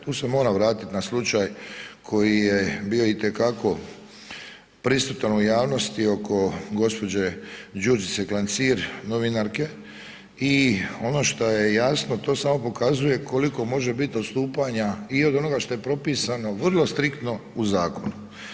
Tu se moram vratit na slučaj koji je bio itekako prisutan u javnosti oko gđe. Đurđice Klancir, novinarke i ono što je jasno to samo pokazuje koliko može bit odstupanja i od onoga šta je propisano vrlo striktno u zakonu.